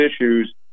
issues